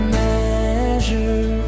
measure